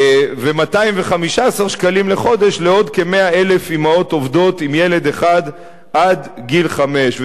ו-215 שקלים לחודש לעוד כ-100,000 אמהות עובדות עם ילד אחד עד גיל חמש.